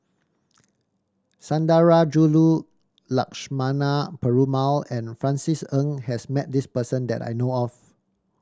Sundarajulu Lakshmana Perumal and Francis Ng has met this person that I know of